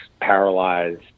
paralyzed